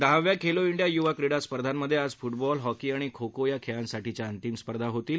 दहाव्या खेलो इंडीया युवा क्रीडा स्पर्धामंमध्ये आज फुटबॉल हॉकी आणि खो खो या खेळांसाठीच्या अंतिम स्पर्धा होतील